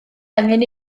angen